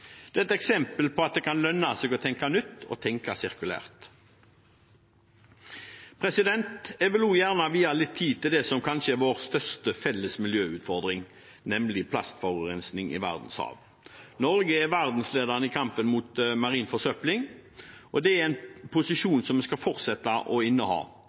Dette er et eksempel på at det kan lønne seg å tenke nytt og tenke sirkulært. Jeg vil også gjerne vie litt tid til det som kanskje er vår største felles miljøutfordring, nemlig plastforurensning i verdenshavene. Norge er verdensledende i kampen mot marin forsøpling, og det er en posisjon som vi skal fortsette å inneha.